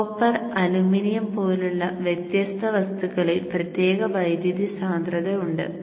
copper aluminium പോലെയുള്ള വ്യത്യസ്ത വസ്തുക്കളിൽ പ്രത്യേക വൈദ്യുതി സാന്ദ്രത ഉണ്ട്